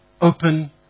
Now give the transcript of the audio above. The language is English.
open